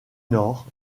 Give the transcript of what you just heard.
nord